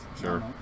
Sure